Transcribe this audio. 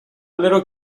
little